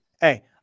hey